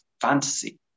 fantasy